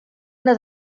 una